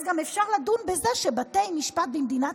אז גם אפשר לדון בזה שבתי משפט במדינת